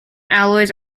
alloys